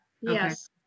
Yes